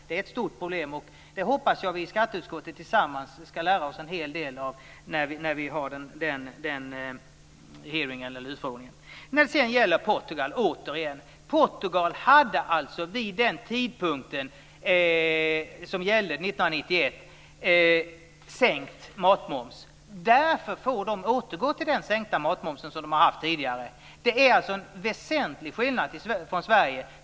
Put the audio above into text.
Det är ett stort problem. Jag hoppas att vi i skatteutskottet tillsammans ska lära oss en hel del om det när vi har utfrågningen. Sedan återigen till frågan om Portugal. Portugal hade vid den tidpunkten som gällde, år 1991, sänkt matmoms. Därför får man återgå till den sänkta matmoms som man tidigare hade. Det är alltså en väsentlig skillnad från hur läget var i Sverige.